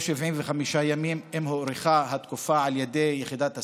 או 75 ימים, אם הוארכה התקופה על ידי יחידת הסיוע.